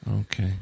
Okay